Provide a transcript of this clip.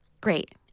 great